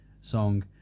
song